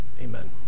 amen